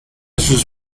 sus